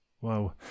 Wow